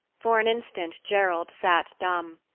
for an instant gerald sat dumb.